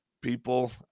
people